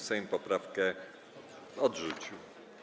Sejm poprawkę odrzucił.